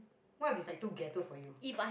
what if it's like too ghetto for you